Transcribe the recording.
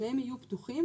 שניהם יהיו פתוחים,